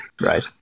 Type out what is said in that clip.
right